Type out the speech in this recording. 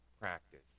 practice